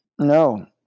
No